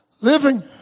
living